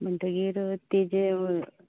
म्हणटगीर तिजें